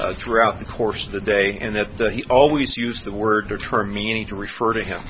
throughout the course of the day and that he always used the word or term meaning to refer to him